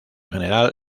general